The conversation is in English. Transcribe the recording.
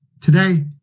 Today